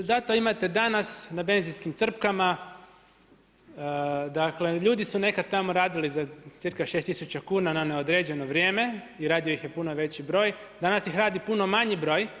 I zato imate danas na benzinskim crpkama, dakle ljudi su nekada tamo radili za cca 6 tisuća kuna na neodređeno vrijeme i radio ih je puno veći broj, danas ih radi puno manji broj.